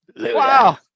Wow